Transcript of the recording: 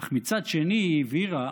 אך מצד שני הבהירה